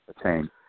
attain